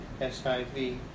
S-I-V